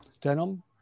denim